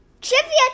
Trivia